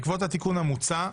בעקבות התיקון המוצע,